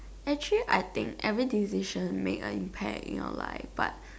actually I think every decision make an impact you know like but